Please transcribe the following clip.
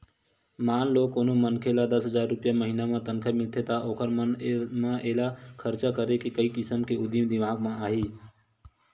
मान लो कोनो मनखे ल दस हजार रूपिया महिना म तनखा मिलथे त ओखर मन म एला खरचा करे के कइ किसम के उदिम दिमाक म आही